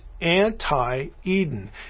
anti-Eden